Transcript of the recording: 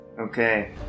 Okay